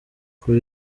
kora